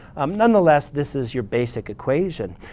um nonetheless, this is your basic equation.